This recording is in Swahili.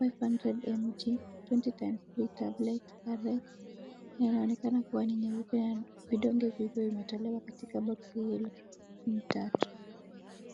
500mg, twenty times three tablet RX na inaonekana kuwa ni nyeupe na vidonge vivyo vimetolewa katika boxi hilo ni tatu.